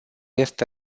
este